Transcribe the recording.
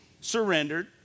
surrendered